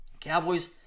Cowboys